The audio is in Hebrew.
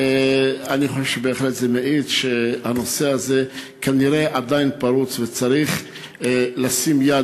אני חושב שזה בהחלט מעיד שהנושא הזה כנראה עדיין פרוץ וצריך לשים יד.